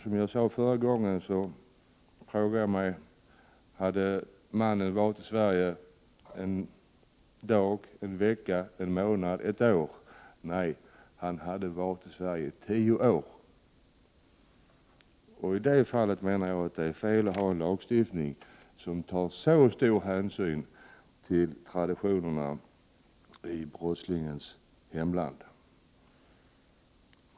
Som jag sade förra gången, frågade jag mig om mannen hade varit i Sverige en dag, en vecka, en månad eller ett år. Han hade varit i Sverige tio år. Jag menar att det i detta fall är fel att vid valet av påföljd ta så stor hänsyn till traditionerna i brottslingens hemland.